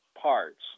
parts